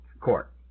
court